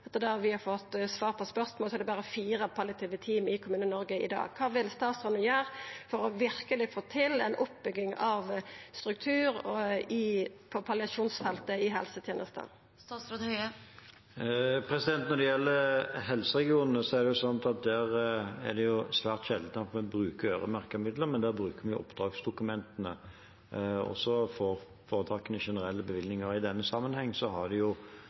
svar på spørsmål, er det berre fire palliative team i Kommune-Noreg i dag. Kva vil statsråden gjera for verkeleg å få til ei oppbygging av struktur på palliasjonsfeltet i helsetenesta? Når det gjelder helseregionene, er det svært sjelden at man bruker øremerkede midler. Der bruker vi oppdragsdokumentene, og så får foretakene generelle bevilgninger. I denne sammenheng har de fått bevilgning der det